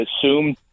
assume